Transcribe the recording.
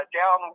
down